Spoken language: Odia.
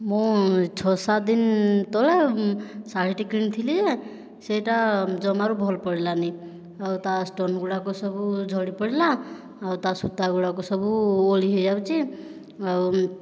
ମୁଁ ଛଅ ସାତ ଦିନ ତଳେ ଶାଢ଼ୀଟି କିଣିଥିଲି ଯେ ସେ'ଟା ଯମାରୁ ଭଲ ପଡ଼ିଲାନି ଆଉ ତା ଷ୍ଟୋନ ଗୁଡ଼ାକ ସବୁ ଝଡ଼ି ପଡ଼ିଲା ଆଉ ତା ସୁତା ଗୁଡ଼ାକ ସବୁ ଓହଳି ହୋଇଯାଉଛି ଆଉ